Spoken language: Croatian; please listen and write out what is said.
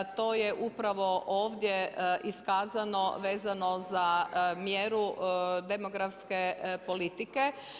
To je upravo ovdje iskazano vezano za mjeru demografske politike.